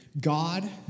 God